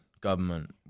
government